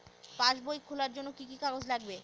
পাসবই খোলার জন্য কি কি কাগজ লাগবে?